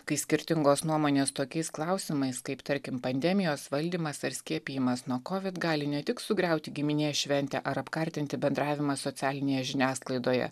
kai skirtingos nuomonės tokiais klausimais kaip tarkim pandemijos valdymas ar skiepijimas nuo covid gali ne tik sugriauti giminės šventę ar apkartinti bendravimą socialinėje žiniasklaidoje